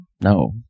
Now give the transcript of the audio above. no